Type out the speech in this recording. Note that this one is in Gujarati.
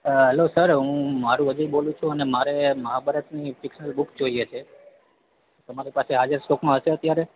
હેલો સર હું મારુ અજય બોલું છું અને મારે મહાભારતની ફિક્સનલ બૂક જોઈએ છે તમારી પાસે હાજર સ્ટોકમાં હશે